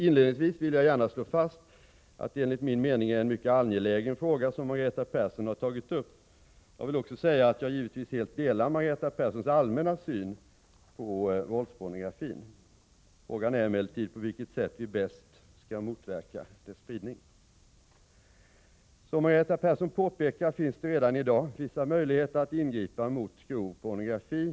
Inledningsvis vill jag gärna slå fast att det enligt min mening är en mycket angelägen fråga som Margareta Persson har tagit upp. Jag vill också säga att jag givetvis helt delar Margareta Perssons allmänna syn på våldspornografin. Frågan är emellertid på vilket sätt vi bäst skall motverka dess spridning. Som Margareta Persson påpekar finns det redan i dag vissa möjligheter att ingripa mot grov pornografi.